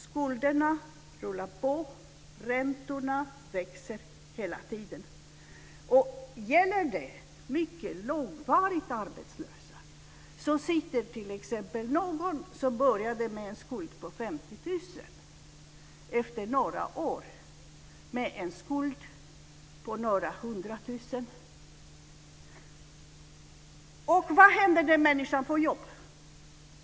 Skulderna rullar på, och räntorna växer hela tiden. Gäller det mycket långvarigt arbetslösa, sitter den som började med en skuld på 50 000 kr efter några år med en skuld på några hundra tusen kronor. Vad händer när den människan får jobb?